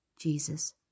Jesus